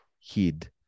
hid